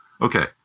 okay